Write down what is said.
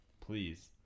please